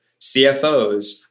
CFOs